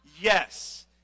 Yes